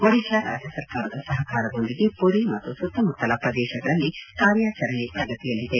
ಒಡಿಶಾ ರಾಜ್ಯ ಸರ್ಕಾರದ ಸಹಕಾರದೊಂದಿಗೆ ಪುರಿ ಮತ್ತು ಸುತ್ತಮುತ್ತಲ ಪ್ರದೇಶಗಳಲ್ಲಿ ಕಾರ್ಯಾಚರಣೆ ಪ್ರಗತಿಯಲ್ಲಿದೆ